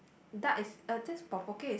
duck is uh is is